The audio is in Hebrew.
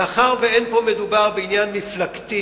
מאחר שאין מדובר פה בעניין מפלגתי,